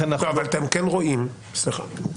סליחה,